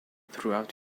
throughout